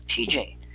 TJ